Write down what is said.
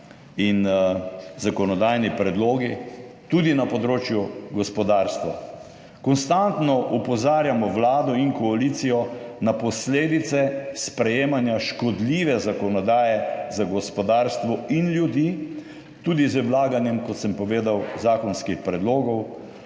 in zakonodajne predloge tudi na področju gospodarstva. Konstantno opozarjamo vlado in koalicijo na posledice sprejemanja škodljive zakonodaje za gospodarstvo in ljudi tudi z vlaganjem, kot sem povedal, zakonskih predlogov